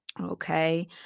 Okay